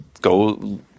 go